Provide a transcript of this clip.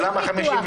כן, אבל למה 59?